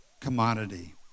commodity